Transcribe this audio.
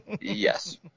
Yes